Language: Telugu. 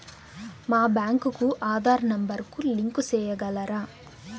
మా బ్యాంకు కు ఆధార్ నెంబర్ కు లింకు సేయగలరా?